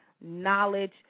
knowledge